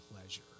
pleasure